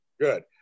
Good